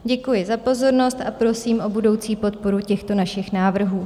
Děkuji za pozornost a prosím o budoucí podporu těchto našich návrhů.